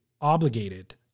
obligated